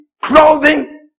clothing